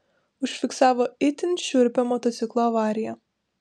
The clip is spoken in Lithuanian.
užfiksavo itin šiurpią motociklo avariją